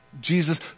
Jesus